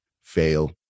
fail